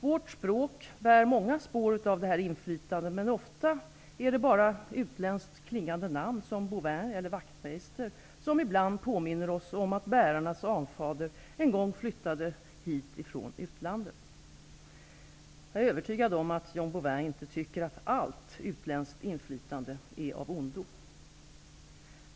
Vårt språk bär många spår av detta inflytande, men ofta är det bara utländskt klingande namn såsom Bouvin och Wachtmeister som ibland påminner oss om att bärarens anfader en gång flyttade hit från utlandet. Jag är övertygad om att John Bouvin inte tycker att allt utländskt inflytande är av ondo.